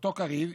אותו קריב,